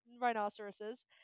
rhinoceroses